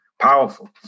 powerful